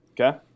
Okay